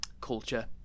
culture